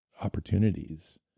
opportunities